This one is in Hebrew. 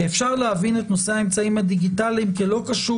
כי את נושא האמצעים הדיגיטליים אפשר להבין כלא קשור